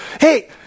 Hey